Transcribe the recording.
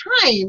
time